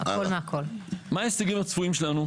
מה ההישגים הצפויים שלנו?